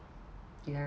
ya